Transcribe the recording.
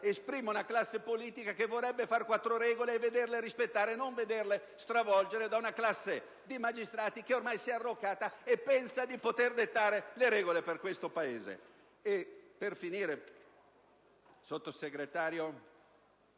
esprime una classe politica che vorrebbe fare quattro regole e vederle rispettate e non stravolte da parte di una classe di magistrati che ormai si è arroccata e pensa di poter dettare legge per questo Paese.